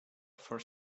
for